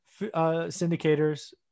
syndicators